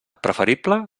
preferible